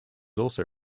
also